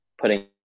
putting –